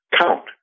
count